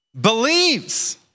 believes